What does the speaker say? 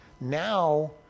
Now